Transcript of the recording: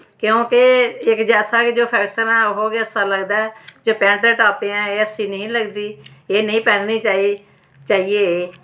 क्योंकि कि इक जैसा जो फैशन ऐ ओह् गै अच्छा लगदा ऐ एह् पैंटें टॉपें अच्छी नेईं लगदी एह् नेईं पैह्न्नी चाहिदी